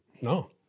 No